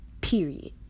period